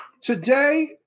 Today